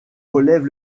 relève